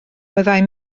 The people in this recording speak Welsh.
wyddai